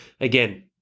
Again